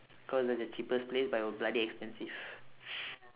go to the cheapest place but it was bloody expensive